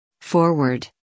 Forward